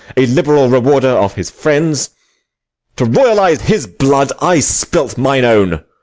a liberal rewarder of his friends to royalize his blood i spilt mine own.